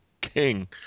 king